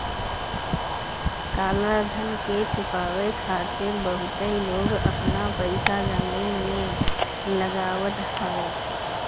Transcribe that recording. काला धन के छुपावे खातिर बहुते लोग आपन पईसा जमीन में लगावत हवे